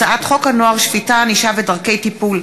הצעת חוק הנוער (שפיטה, ענישה ודרכי טיפול)